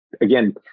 again